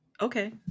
Okay